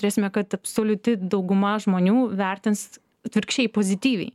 turėsime kad absoliuti dauguma žmonių vertins atvirkščiai pozityviai